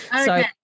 Okay